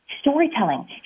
storytelling